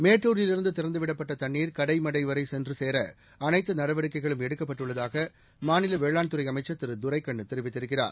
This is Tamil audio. மேட்டூரிலிருந்து திறந்துவிடப்பட்ட தண்ணீர் கடைமடைவரை சென்று சேர அனைத்து நடவடிக்கைகளும் எடுக்கப்பட்டுள்ளதாக மாநில வேளாண்துறை அமைச்சர் திரு் துரைக்கண்ணு தெரிவித்திருக்கிறார்